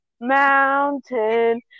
mountain